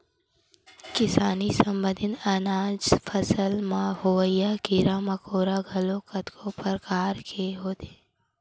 किसानी संबंधित अनाज फसल म होवइया कीरा मकोरा घलोक कतको परकार के होथे